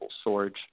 storage